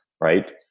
right